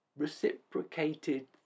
Reciprocated